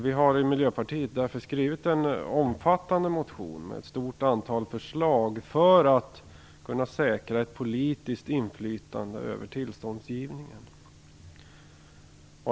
Vi i Miljöpartiet har därför skrivit en omfattande motion med ett stort antal förslag som syftar till att säkra ett politiskt inflytande över tillståndsgivningen.